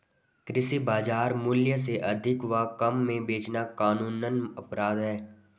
कृषि बाजार मूल्य से अधिक व कम में बेचना कानूनन अपराध है